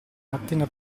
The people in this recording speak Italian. mattina